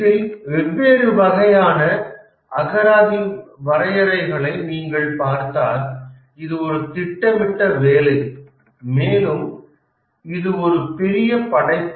இதில் வெவ்வேறு வகையான அகராதி வரையறைகளை நீங்கள் பார்த்தால் இது ஒரு திட்டமிட்ட வேலை மேலும் இது ஒரு பெரிய படைப்பு